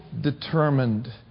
determined